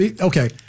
Okay